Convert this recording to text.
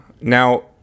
Now